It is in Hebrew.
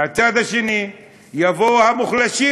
מהצד השני יבואו המוחלשים,